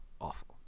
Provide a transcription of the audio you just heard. awful